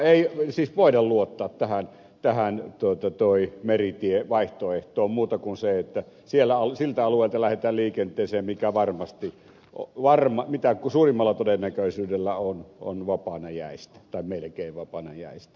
ei siis voida luottaa tähän meritievaihtoehtoon muuta kuin niin että siltä alueelta lähdetään liikenteeseen mikä varmasti mitä suurimmalla todennäköisyydellä on vapaana jäistä tai melkein vapaana jäistä